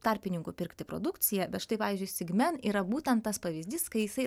tarpininkų pirkti produkciją bet štai pavyzdžiui sigmen yra būtent tas pavyzdys kai jisai